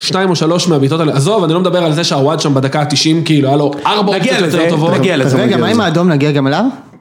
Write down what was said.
שתיים או שלוש מהבעיטות האלה, עזוב, אני לא מדבר על זה שהוואד שם בדקה התשעים, כאילו, היה לו ארבע אופציות יותר טובות לזה, נגיע לזה, נגיע לזה. רגע, רגע, מה עם האדום נגיע גם אליו?